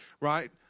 right